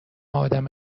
آدم